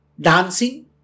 dancing